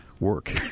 Work